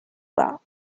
well